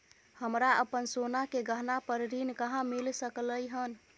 हमरा अपन सोना के गहना पर ऋण कहाॅं मिल सकलय हन?